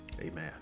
Amen